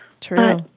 true